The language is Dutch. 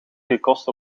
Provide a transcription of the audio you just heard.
gekost